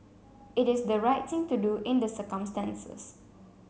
it is the right thing to do in the circumstances